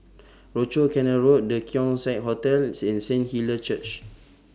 Rochor Canal Road The Keong Saik Hotel and Saint Hilda's Church